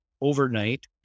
overnight